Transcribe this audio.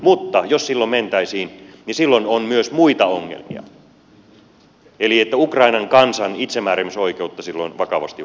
mutta jos mentäisiin niin silloin on myös muita ongelmia eli ukrainan kansan itsemääräämisoikeutta silloin vakavasti uhattaisiin